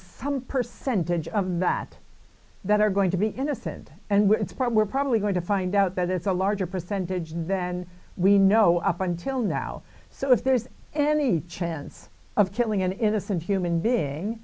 some percentage of that that are going to be innocent and it's part we're probably going to find out that it's a larger percentage than we know up until now so if there's any chance of killing an innocent human being